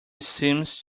seems